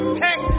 tech